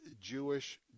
Jewish